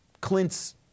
Clint's